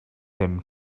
him